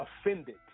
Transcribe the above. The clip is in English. offended